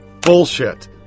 bullshit